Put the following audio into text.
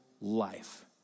life